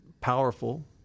powerful—